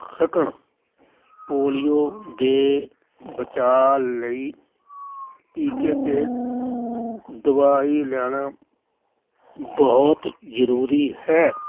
ਸਕਣ ਪੋਲੀਓ ਦੇ ਬਚਾਅ ਲਈ ਟੀਕੇ ਅਤੇ ਦਵਾਈ ਲੈਣਾ ਬਹੁਤ ਜ਼ਰੂਰੀ ਹੈ